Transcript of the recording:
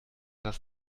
das